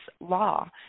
law